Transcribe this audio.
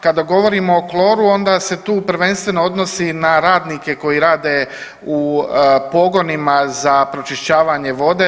Kada govorim o kloru onda se tu prvenstveno odnosi na radnike koji rade u pogonima za pročišćavanje vode.